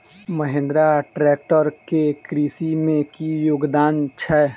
Mahindra tractor केँ कृषि मे की योगदान छै?